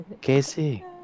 Casey